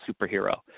superhero